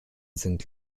sind